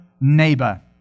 Neighbor